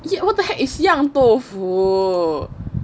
what the heck is yang 豆腐